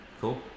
Cool